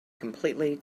completely